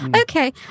Okay